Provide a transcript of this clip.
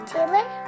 Taylor